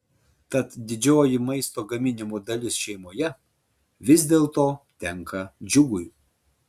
tad didžioji maisto gaminimo dalis šeimoje vis dėlto tenka džiugui